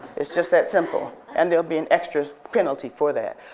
it's just that simple, and there will be an extra penalty for that.